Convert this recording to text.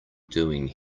doing